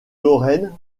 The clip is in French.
lorraine